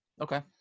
okay